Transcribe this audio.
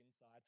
inside